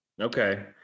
Okay